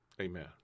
amen